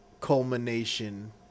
culmination